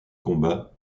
combats